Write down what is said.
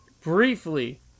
Briefly